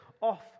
off